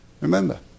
Remember